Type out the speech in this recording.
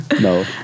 No